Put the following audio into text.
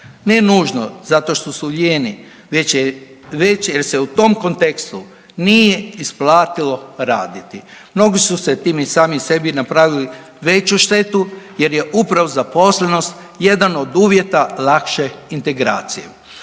Nije nužno zato što su lijeni već je, već, jel se u tom kontekstu nije isplatilo raditi. Mnogi su si time i sami sebi napravili veću štetu jer je upravo zaposlenost jedan od uvjeta lakše integracije.